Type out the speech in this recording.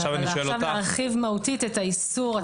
עכשיו להרחיב מהותית את האיסור עצמו?